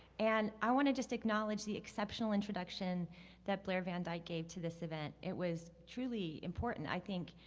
and i want to just acknowledge the exceptional introduction that blair van dyke gave to this event. it was truly important, i think.